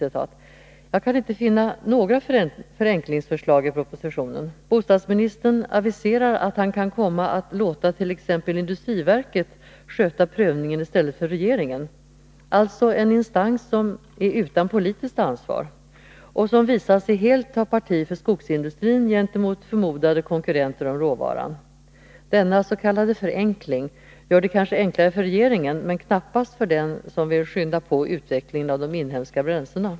Jag kan inte finna några förenklingsförslag i propositionen. Bostadsministern aviserar att han kan komma att låta t.ex. industriverket sköta prövningen i stället för regeringen. Industriverket är en instans som är utan politiskt ansvar och som visat sig helt ta parti för skogsindustrin gentemot förmodade konkurrenter om råvaran. Denna ”förenkling” gör det kanske enklare för regeringen men knappast för dem som vill skynda på utvecklingen av de inhemska bränslena.